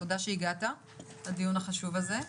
תודה שהגעת לדיון החשוב הזה.